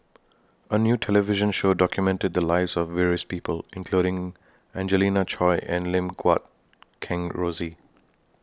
A New television Show documented The Lives of various People including Angelina Choy and Lim Guat Kheng Rosie